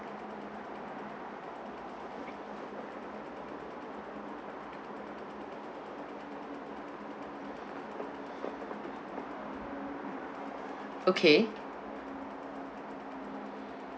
okay